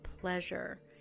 pleasure